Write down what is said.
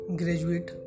graduate